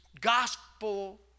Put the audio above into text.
gospel